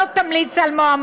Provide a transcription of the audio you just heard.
לא תמליץ על מועמדותו"